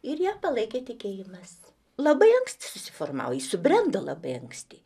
ir ją palaikė tikėjimas labai anksti susiformavo ji subrendo labai anksti